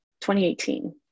2018